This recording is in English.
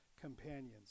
companions